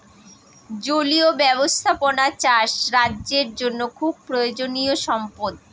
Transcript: জলীয় ব্যাবস্থাপনা চাষ রাজ্যের জন্য খুব প্রয়োজনীয়ো সম্পদ